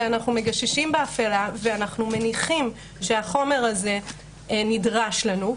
ואנחנו מגששים באפלה ומניחים שהחומר הזה נדרש לנו.